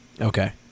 Okay